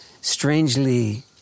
strangely